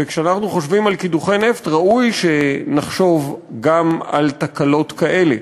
וכשאנחנו חושבים על קידוחי נפט ראוי שנחשוב גם על תקלות כאלה.